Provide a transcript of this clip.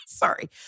sorry